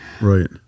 right